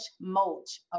mulch